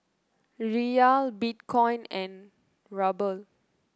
Riyal Bitcoin and Ruble